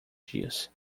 dias